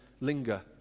linger